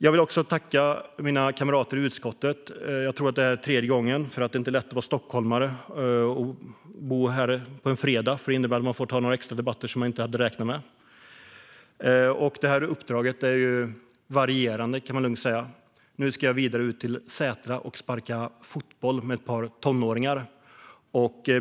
Jag vill också tacka mina kamrater i utskottet, vilket jag tror är tredje gången - det är inte lätt att vara stockholmare på en fredag, för när man bor här får man ta några extra debatter som man inte hade räknat med. Det här uppdraget är varierande, kan man lugnt säga: Nu ska jag vidare ut till Sätra och sparka fotboll med ett par tonåringar.